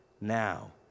now